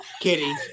Kitty